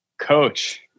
coach